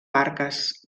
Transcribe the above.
barques